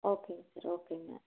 ஓகேங்க சார் ஓகேங்க